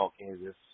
Kansas